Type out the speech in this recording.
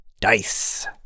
dice